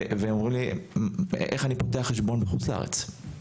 והם אומרים לי איך אני פותח חשבון בחוץ לארץ,